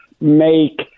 make